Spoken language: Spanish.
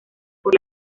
por